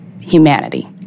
humanity